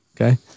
Okay